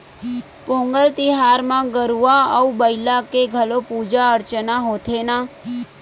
पोंगल तिहार म गरूवय अउ बईला के घलोक पूजा अरचना होथे न